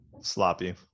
Sloppy